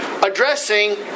addressing